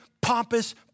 pompous